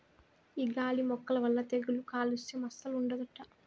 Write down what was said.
ఈ గాలి మొక్కల వల్ల తెగుళ్ళు కాలుస్యం అస్సలు ఉండదట